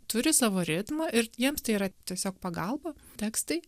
turi savo ritmą ir jiems tai yra tiesiog pagalba tekstai